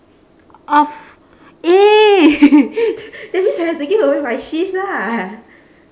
off eh that means I have to give away my shift lah